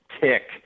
tick